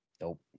Nope